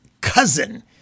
cousin